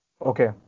Okay